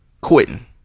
Quitting